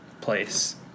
place